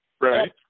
Right